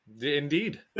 Indeed